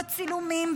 בצילומים,